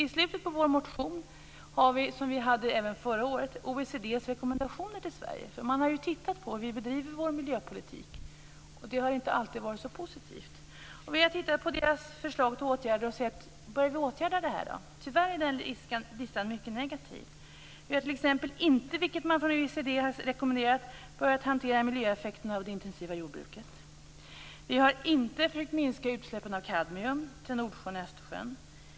I slutet på vår motion har vi som vi hade även förra året OECD:s rekommendationer. Man har tittat på hur vi bedriver vår miljöpolitik. Det har inte alltid varit så positivt. Miljöpartiet har tittat på OECD:s förslag till åtgärder och frågat: Bör vi åtgärda detta? Tyvärr är den listan mycket negativ. Vi har t.ex. i Sverige inte, vilket OECD rekommenderar, börjat hantera miljöeffekterna av det intensiva jordbruket. Vi har inte försökt att minska utsläppen av kadmium till Nordsjön och Östersjön.